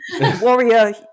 warrior